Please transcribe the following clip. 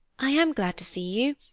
i am glad to see you.